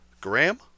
Graham